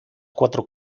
cuatro